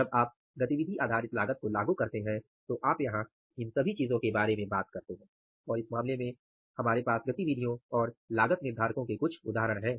जब आप गतिविधि आधारित लागत को लागू करते हैं तो आप यहाँ इन सभी चीजों के बारे में यहाँ बात करते हैं और इस मामले में हमारे पास गतिविधियों और लागत निर्धारकों के कुछ उदाहरण हैं